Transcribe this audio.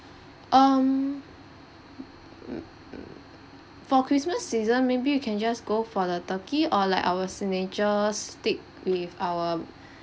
um mm mm for christmas season maybe you can just go for the turkey or like our signature steak with our